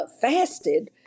fasted